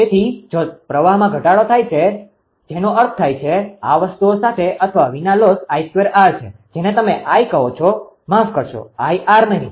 તેથી જો પ્રવાહમાં ઘટાડો થાય છે જેનો અર્થ થાય છે આ વસ્તુઓ સાથે અથવા વિના લોસlossખોટ 𝐼2𝑟 છે જેને તમે I કહો છો માફફ કરજો 𝐼𝑠 નહિ